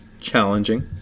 challenging